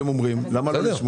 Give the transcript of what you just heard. למה לא לשמוע?